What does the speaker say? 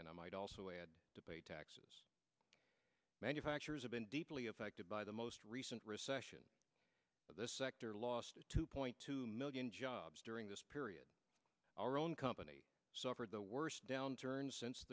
and i might also add manufacturers have been deeply affected by the most recent recession this sector lost two point two million jobs during this period our own company suffered the worst downturn since